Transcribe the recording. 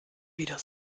wieder